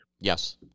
Yes